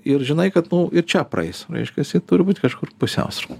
ir žinai kad ir čia praeis reiškiasi turi būt kažkur pusiausvyra